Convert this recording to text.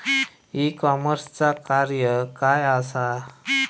E कॉमर्सचा कार्य काय असा?